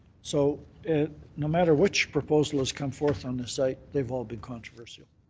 so no matter which proposal has come forward on this site, they've all been controversial,